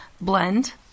blend